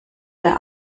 der